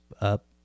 up